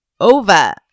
over